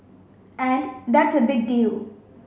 and that's a big deal